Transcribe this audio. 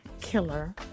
killer